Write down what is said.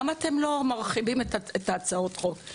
למה אתם לא מרחיבים את הצעות החוק?